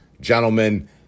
gentlemen